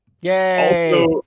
Yay